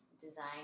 design